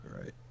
Right